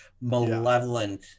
malevolent